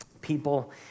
people